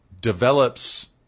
develops